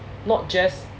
not just